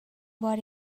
бар